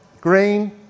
green